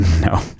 No